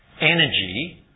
energy